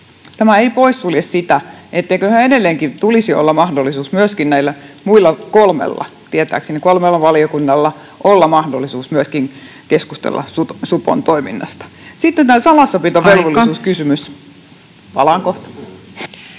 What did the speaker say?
Tämä ei sulje pois sitä, etteikö yhä edelleenkin tulisi olla mahdollisuus myöskin näillä kolmella muulla — tietääkseni kolmella — valiokunnalla keskustella Supon toiminnasta. Sitten tämä salassapitovelvollisuuskysymys...